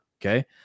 Okay